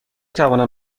توانم